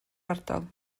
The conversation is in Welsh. ardal